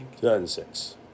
2006